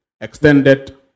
extended